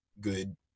good